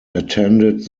attended